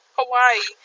Hawaii